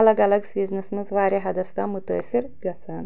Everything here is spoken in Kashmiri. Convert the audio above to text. الگ الگ سیٖزنس منٛز واریاہ حدس تام مُتٲثر گژھان